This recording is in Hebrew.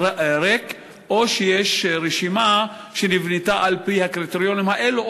או שיש רשימה שנבנתה על-פי הקריטריונים האלה,